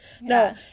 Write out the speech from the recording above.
No